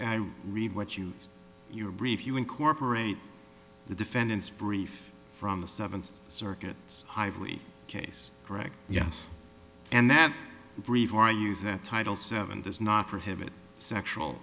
i read what you your brief you incorporate the defendant's brief from the seventh circuit its case correct yes and that brief i use that title seven does not prohibit sexual